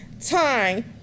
time